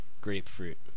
grapefruit